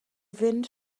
fynd